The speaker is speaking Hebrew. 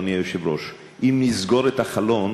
אדוני היושב-ראש: אם נסגור את החלון,